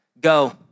go